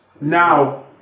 Now